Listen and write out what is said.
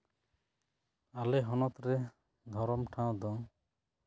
ᱟᱞᱮ ᱦᱚᱱᱚᱛ ᱨᱮ ᱫᱷᱚᱨᱚᱢ ᱴᱷᱟᱶ ᱫᱚ